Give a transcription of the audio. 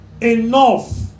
enough